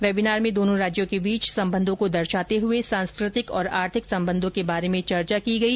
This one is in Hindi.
वेबिनार में दोनों राज्यों के बीच संबंधों को दर्शाते हए सांस्कृति और आर्थिक संबंधों के बारे में चर्चा की गई